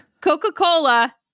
Coca-Cola